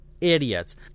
idiots